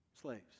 slaves